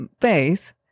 faith